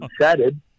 shattered